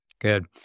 good